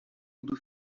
tudo